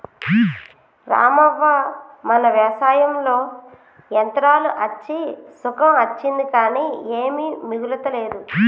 రామవ్వ మన వ్యవసాయంలో యంత్రాలు అచ్చి సుఖం అచ్చింది కానీ ఏమీ మిగులతలేదు